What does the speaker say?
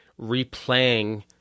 replaying